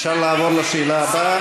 עובד למען ביטחון המדינה.